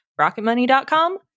Rocketmoney.com